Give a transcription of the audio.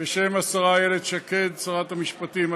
בשם השרה איילת שקד, שרת המשפטים.